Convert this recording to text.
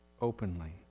openly